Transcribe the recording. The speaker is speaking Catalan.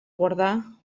guardar